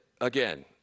again